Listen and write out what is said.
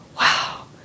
wow